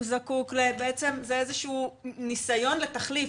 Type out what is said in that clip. זה איזשהו ניסיון לתחליף.